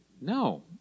No